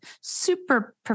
super